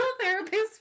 therapist